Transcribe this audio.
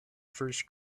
first